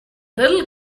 little